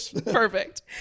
perfect